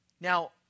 Now